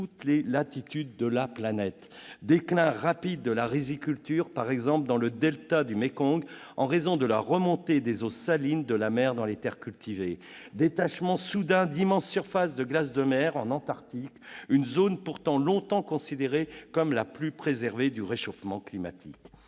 les latitudes de notre planète. Déclin rapide de la riziculture dans le delta du Mékong en raison de la remontée des eaux salines de la mer dans les terres cultivées, détachement soudain d'immenses surfaces de glace de mer en Antarctique, zone pourtant longtemps considérée comme la plus préservée du réchauffement climatique